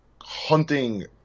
hunting –